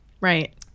right